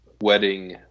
wedding